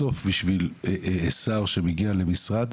בסוף, בשביל שר שמגיע למשרד